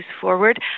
forward